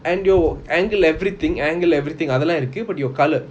and your and your angle everything angle everything அதுலாம் இருக்கு:athulam iruku but your colour